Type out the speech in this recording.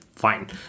fine